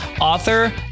author